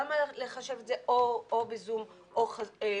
למה לחשב את זה או ב"זום" או פיסית?